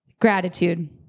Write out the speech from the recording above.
gratitude